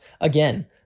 again